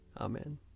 Amen